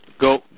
Go